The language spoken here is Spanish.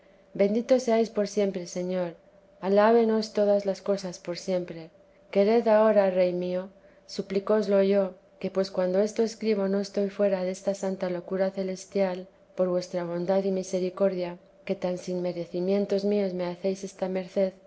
bendito seáis por siempre señor alaben os todas las cosas por siempre quered ahora rey mío suplícooslo yo que pues cuando esto escribo no estoy fuera de esta santa locura celestial por vuestra bondad y misericordia que tan sin merecimientos míos me hacéis esta merced